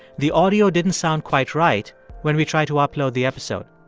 the audio didn't sound quite right when we tried to upload the episode.